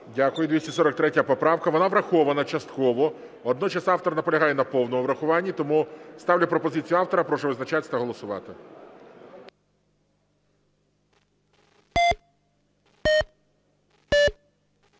Дякую. 243 поправка. Вона врахована частково. Водночас автор наполягає на повному врахуванні. Тому ставлю пропозицію автора. Прошу визначатись та голосувати.